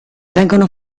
vengono